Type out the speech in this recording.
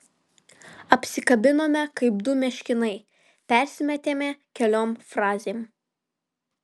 apsikabinome kaip du meškinai persimetėme keliom frazėm